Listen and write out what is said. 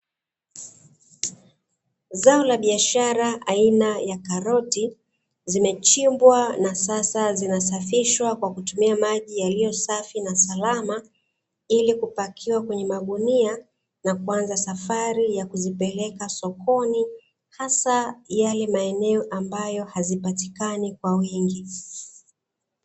Zao la biashara aina ya karoti, zimechimbwa na sasa zinasafishwa kwa kutumia maji yaliyosafi na salama, ili kupakiwa kwenye magunia na kuanza safari ya kuzipeleka sokoni hasa yale maeneo ambayo hazipatikani kwa wingi.